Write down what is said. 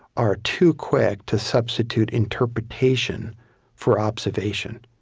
are too quick to substitute interpretation for observation.